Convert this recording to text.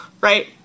right